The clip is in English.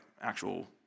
actual